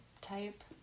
type